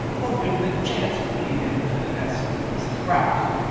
hoping that chance would lead him to the nest of mrs. grouse.